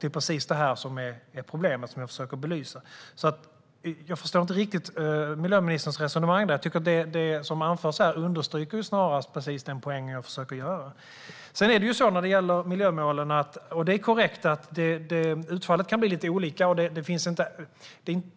Det är precis det som är problemet som jag försöker belysa, så jag förstår inte riktigt miljöministerns resonemang. Jag tycker att det som anförs här snarast understryker precis den poäng jag försöker göra. När det gäller miljömålen är det korrekt att utfallen kan bli olika. Det